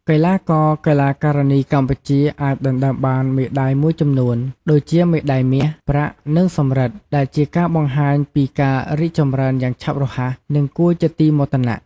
កីឡាករ-កីឡាការិនីកម្ពុជាអាចដណ្តើមបានមេដាយមួយចំនួន ដូចជាមេដាយមាស ប្រាក់ និងសំរឹទ្ធ ដែលជាការបង្ហាញពីការរីកចម្រើនយ៉ាងឆាប់រហ័ស និងគួរជាទីមោទនៈ។